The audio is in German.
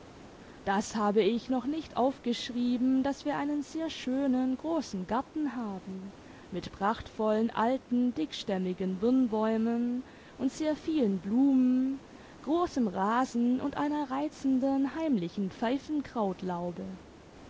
das habe ich noch nicht aufgeschrieben daß wir einen sehr schönen großen garten haben mit prachtvollen alten dickstämmigen birnbäumen und sehr vielen blumen großem rasen und ei ner reizenden heimlichen